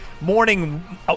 morning